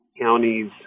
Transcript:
counties